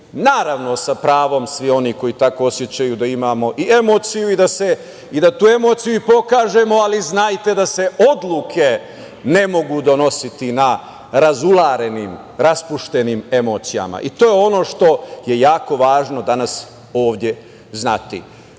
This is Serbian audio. naravno sa pravom svi oni koji tako osećaju da imamo i emociju i da tu emociju i pokažemo, ali znajte da se odluke ne mogu donositi na razularenim, raspuštenim emocijama. To je ono što je jako važno danas ovde